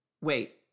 Wait